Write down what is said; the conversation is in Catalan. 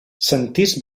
sentís